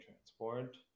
transport